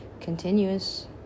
continuous